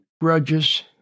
grudges